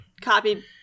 copy